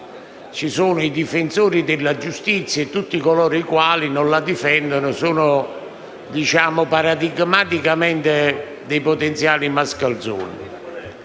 ci sono i difensori della giustizia, mentre tutti coloro i quali non la difendono sono paradigmaticamente dei potenziali mascalzoni.